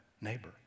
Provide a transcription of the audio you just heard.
neighbor